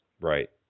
Right